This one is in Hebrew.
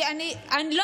את שמעת שאמרתי משהו כזה?